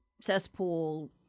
cesspool